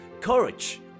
courage